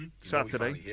Saturday